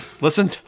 listen